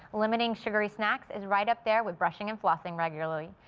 limiting sugary snacks is right up there with brushing and flossing regularly.